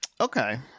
Okay